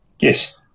Yes